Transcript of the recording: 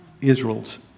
Israel's